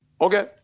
Okay